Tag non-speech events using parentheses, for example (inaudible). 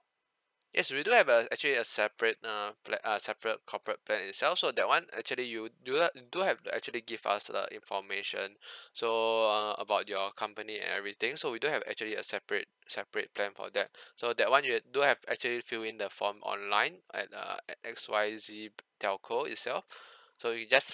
yes we do have uh actually a separate uh plan uh separate corporate plan itself so that [one] actually you do h~ do have to actually give us the information (breath) so err about your company and everything so we do have actually a separate separate plan for that (breath) so that [one] you h~ do have actually fill in the form online at uh at X Y Z t~ telco itself so you just